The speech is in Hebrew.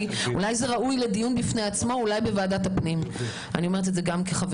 זה ראוי לדיון נפרד בוועדת הפנים שבה אני חברה.